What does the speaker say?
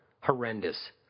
horrendous